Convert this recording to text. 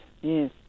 yes